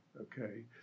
okay